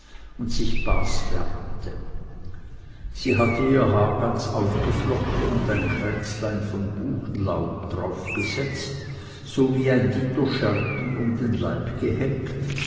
und sich baß wärmete sie hatt ihr haar ganz aufgeflochten und ein kränzlein von buchenlaub darauff gesetzet so wie ein dito scherpen um den leib gehenkt